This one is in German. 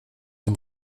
dem